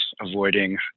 avoiding